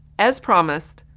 as promised,